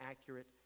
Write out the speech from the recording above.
accurate